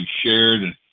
shared